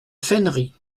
fènerie